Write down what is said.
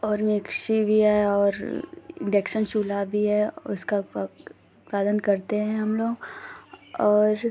और मिक्सी भी है और इण्डक्शन चूल्हा भी है उसका करते हैं हम लोग और